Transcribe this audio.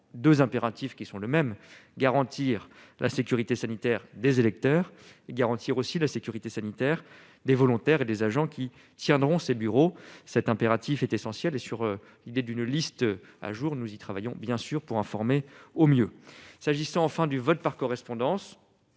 2 impératifs qui sont le même garantir la sécurité sanitaire des électeurs garantir aussi la sécurité sanitaire des volontaires et des agents qui tiendront ses bureaux cet impératif est essentielle et sur l'idée d'une liste à jour, nous y travaillons, bien sûr, pour informer au mieux s'agissant enfin du vote par correspondance